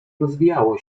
rozwijało